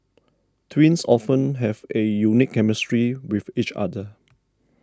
twins often have a unique chemistry with each other